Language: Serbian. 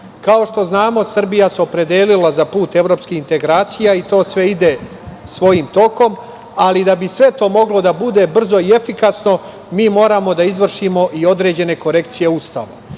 što znamo, Srbija se opredelila za put evropskih integracija i to sve ide svojim tokom, ali da bi sve to moglo da bude brzo i efikasno, mi moramo da izvršimo i određene korekcije Ustava.